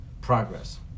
progress